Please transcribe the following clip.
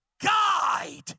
guide